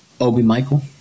Obi-Michael